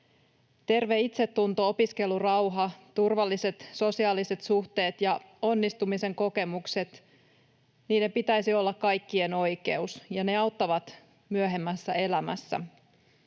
Terveen itsetunnon, opiskelurauhan, turvallisten sosiaalisten suhteiden ja onnistumisen kokemusten pitäisi olla kaikkien oikeus, ja ne auttavat myöhemmässä elämässä.